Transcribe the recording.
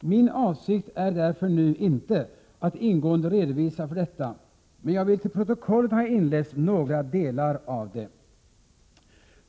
Min avsikt är därför nu inte att ingående redovisa för detta, men jag vill till protokollet ha inläst några delar av det.